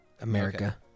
America